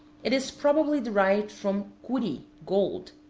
it is probably derived from curi, gold.